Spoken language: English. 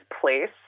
place